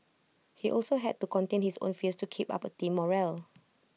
he also had to contain his own fears to keep up team morale